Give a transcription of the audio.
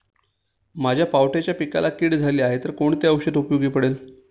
माझ्या पावट्याच्या पिकाला कीड झाली आहे तर कोणते औषध उपयोगी पडेल?